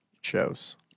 shows